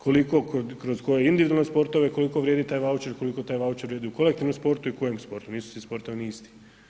Koliko kroz koje individualne sportove koliko vrijedi taj vaučer, koliko taj vaučer vrijedi u kolektivnom sportu i u koje sportu, nisu svi sportovi ni isti.